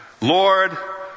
Lord